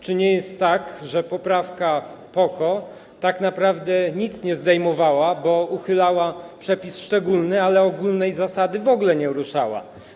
Czy nie jest tak, że poprawka PO-KO tak naprawdę nic nie eliminowała, bo uchylała przepis szczególny, ale ogólnej zasady w ogóle nie ruszała?